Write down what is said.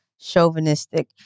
chauvinistic